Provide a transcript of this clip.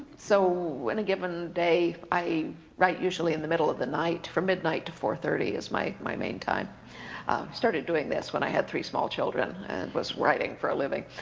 so a given day, i write usually in the middle of the night, from midnight to four thirty is my my main time. i started doing this when i had three small children and was writing for a living.